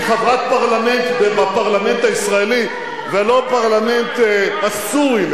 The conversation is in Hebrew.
שהיא חברת פרלמנט בפרלמנט הישראלי ולא בפרלמנט הסורי,